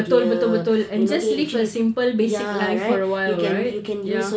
betul betul betul and just live a simple basic life for awhile right ya